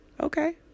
okay